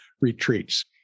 retreats